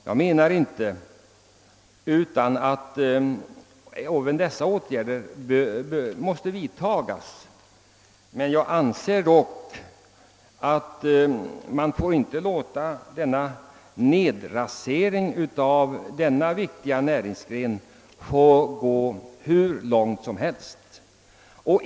Jag menar inte att dessa åtgärder inte måste vidtas, men jag anser att man inte får låta raseringen av denna viktiga näringsgren gå hur långt som helst.